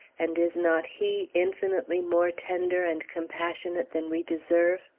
and is not he infinitely more tender and compassionate than we deserve?